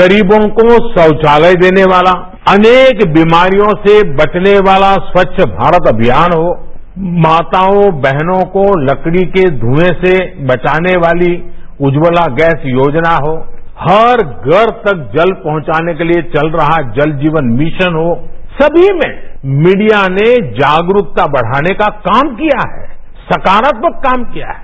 गरीबोंको शौचालय देने वाला अनेक बीमारियों से बचने वाला स्वच्छ भारत अभियान हो माताओं बहनों को लकड़ी के धुंए से बचाने वाली उज्ज्वलागैस योजना हो हर घर तक जल पहुंचाने के लिए चल रहा जल जीवन मिशन हो सभी में मीडिया ने जागरूकता बढ़ाने का कामकिया है सकारात्क काम किया है